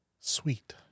Sweet